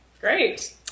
Great